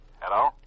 Hello